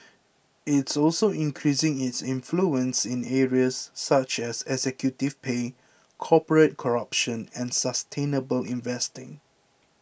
it's also increasing its influence in areas such as executive pay corporate corruption and sustainable investing